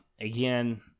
again